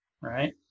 right